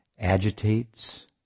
agitates